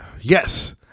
Yes